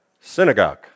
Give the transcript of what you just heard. Synagogue